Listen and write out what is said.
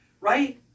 right